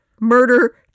murder